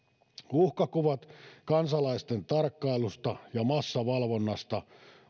uhkakuvat kansalaisten tarkkailusta ja massavalvonnasta